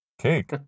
Cake